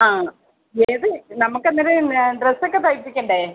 ആ വേഗം നമുക്ക് അന്നേരം ഞാൻ ഡ്രസ്സ് ഒക്കെ തയ്പ്പിക്കേണ്ടേ